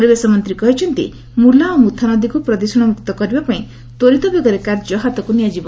ପରିବେଶ ମନ୍ତ୍ରୀ କହିଛନ୍ତି ମୁଲା ଓ ମୁଥା ନଦୀକୁ ପ୍ରଦୃଷଣମୁକ୍ତ କରିବାପାଇଁ ତ୍ୱରିତ ବେଗରେ କାର୍ଯ୍ୟ ହାତକୁ ନିଆଯିବ